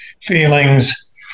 feelings